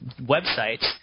websites